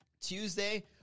Tuesday